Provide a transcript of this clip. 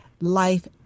life